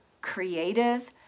creative